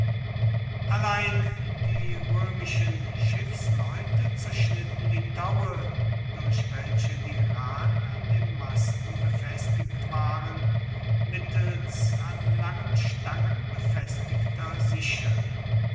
allein die römischen schiffsleute zerschnitten die taue durch welche die rahen an den masten befestigt waren mittels an langen stangen befestigter sicheln